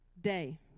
day